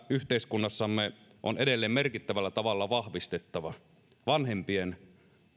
yhteiskunnassamme on edelleen merkittävällä tavalla vahvistettava vanhempien